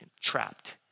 trapped